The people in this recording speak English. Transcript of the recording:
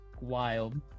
Wild